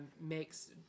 makes